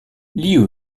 liu